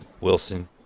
Wilson